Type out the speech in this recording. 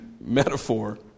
metaphor